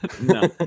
no